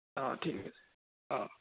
অ' ঠিক আছে অ'